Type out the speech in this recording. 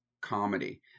comedy